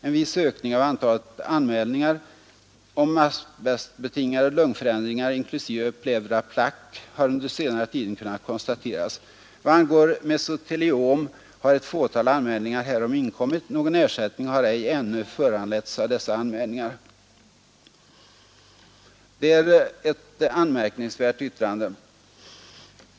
En viss ökning av antalet anmälningar om asbestbendringar inklusive pleura plaques har under senare tid tingade lungfö kunnat konstateras. Vad angår mesoteliom har ett fåtal anmälningar härom inkommit. Någon ersättning har ej ännu föranletts av dessa anmälningar.” Det är ett anmärkningsvärt yttrande.